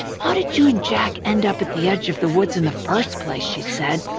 how did you and jack end up at the edge of the woods in the first place? she said,